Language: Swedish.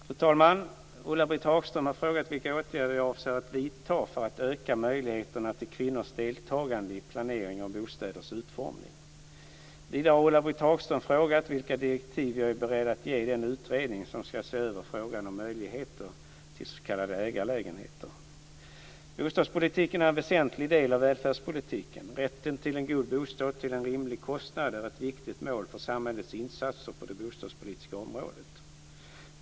Fru talman! Ulla-Britt Hagström har frågat vilka åtgärder jag avser vidta för att öka möjligheterna till kvinnors deltagande i planering av bostäders utformning. Vidare har Ulla-Britt Hagström frågat vilka direktiv jag är beredd att ge den utredning som ska se över frågan om möjligheter till s.k. ägarlägenheter. Bostadspolitiken är en väsentlig del av välfärdspolitiken. Rätten till en god bostad till en rimlig kostnad är ett viktigt mål för samhällets insatser på det bostadspolitiska området.